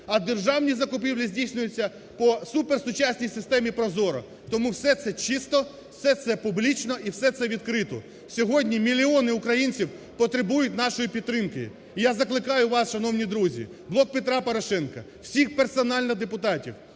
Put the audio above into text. А державні закупівлі здійснюються по суперсучасній системі ProZorro, тому все це чисто, все це публічно і все це відкрито. Сьогодні мільйони українців потребують нашої підтримки. І я закликаю вас, шановні друзі, "Блок Петра Порошенка", всіх персонально депутатів,